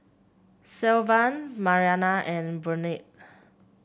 Sylvan Marianna and Burnett